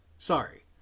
Sorry